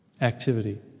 activity